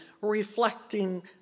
reflecting